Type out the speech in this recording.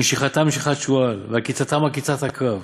שנשיכתן נשיכת שועל, ועקיצתן עקיצת עקרב,